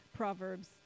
Proverbs